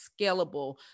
scalable